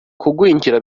kugwingira